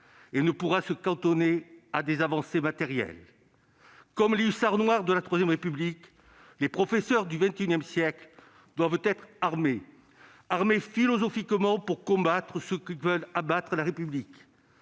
et ne pourra pas se cantonner à des avancées matérielles. Comme les hussards noirs de la III République, les professeurs du XXI siècle doivent être armés philosophiquement pour combattre ceux qui veulent abattre la République.